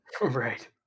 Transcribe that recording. right